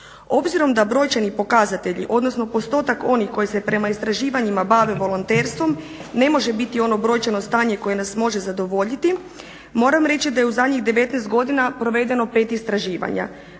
Obzirom da brojčani pokazatelji odnosno postotak onih koji se prema istraživanjima bave volonterstvom ne može biti ono brojčano stanje koje nas može zadovoljiti. Moram reći da je u zadnjih devetnaest godina provedeno pet istraživanja,